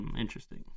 Interesting